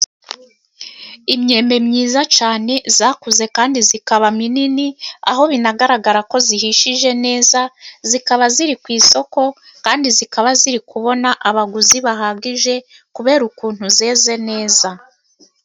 Imyembe myiza cyane yakuze kandi ikaba minini, aho bigaragara ko ihishije neza, ikaba iri ku isoko kandi ikaba iri kubona abaguzi bahagije, kubera ukuntu yeze neza.